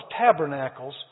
Tabernacles